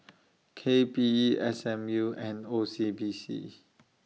K P E S M U and O C B C